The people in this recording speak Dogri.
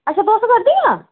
अच्छा तुस करदियां